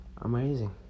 Amazing